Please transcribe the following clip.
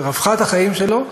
ברווחת החיים שלו,